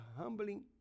humbling